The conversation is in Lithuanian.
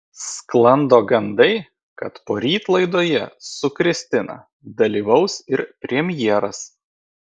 sklando gandai kad poryt laidoje su kristina dalyvaus ir premjeras